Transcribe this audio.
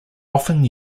often